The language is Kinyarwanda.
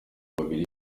babiri